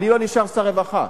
אני לא נשאר שר הרווחה.